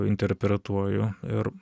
interpretuoju ir